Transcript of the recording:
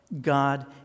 God